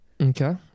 Okay